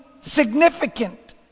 significant